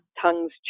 tongues